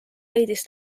leidis